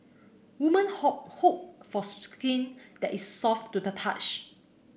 women hope hope for skin that is soft to the touch